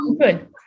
good